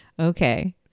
Okay